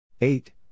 eight